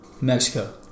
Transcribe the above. Mexico